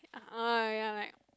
uh ya like